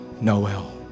Noel